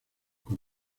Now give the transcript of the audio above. con